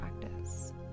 practice